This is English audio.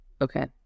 Okay